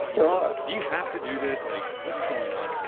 so um do you have to do this like what is going on?